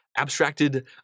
Abstracted